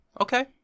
Okay